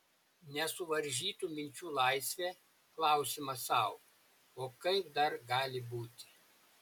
nesuvaržytų minčių laisvė klausimas sau o kaip dar gali būti